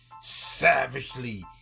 savagely